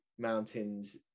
mountains